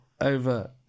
over